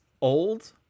old